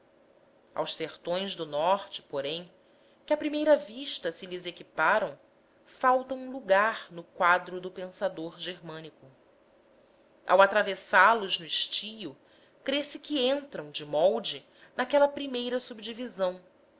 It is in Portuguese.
aos sertões do norte porém que à primeira vista se lhes equiparam falta um lugar no quadro do pensador germânico ao atravessá los no estio crê-se que entram de molde naquela primeira subdivisão